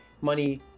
money